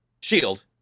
shield